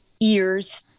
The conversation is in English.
ears